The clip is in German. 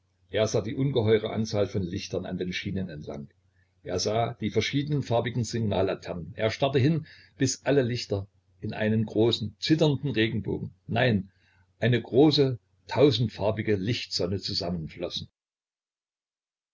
er sah die ungeheure anzahl von lichtern an den schienen entlang er sah die verschiedenfarbigen signallaternen er starrte hin bis alle lichter in einen großen zitternden regenbogen nein eine große tausendfarbige lichtsonne zusammenflossen